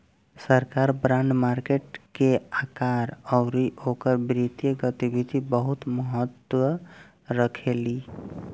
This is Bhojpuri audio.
सरकार बॉन्ड मार्केट के आकार अउरी ओकर वित्तीय गतिविधि बहुत महत्व रखेली